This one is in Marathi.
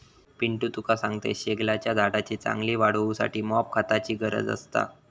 पिंटू तुका सांगतंय, शेगलाच्या झाडाची चांगली वाढ होऊसाठी मॉप खताची गरज असता